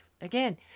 Again